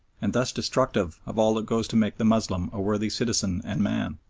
and thus destructive of all that goes to make the moslem a worthy citizen and man,